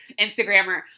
Instagrammer